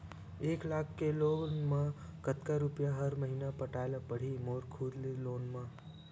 एक लाख के लोन मा कतका रुपिया हर महीना पटाय ला पढ़ही मोर खुद ले लोन मा?